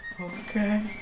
okay